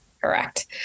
correct